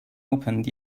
opened